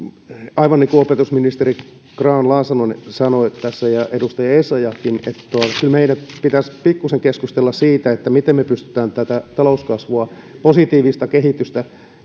aivan niin kuin opetusministeri grahn laasonen sanoi ja edustaja essayahkin kyllä meidän pitäisi pikkuisen keskustella siitä miten me pystymme tätä talouskasvua positiivista kehitystä